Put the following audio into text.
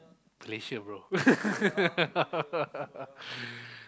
Malaysia bro